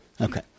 Okay